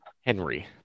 Henry